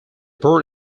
board